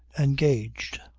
engaged.